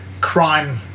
crime